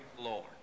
Lord